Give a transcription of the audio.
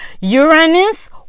Uranus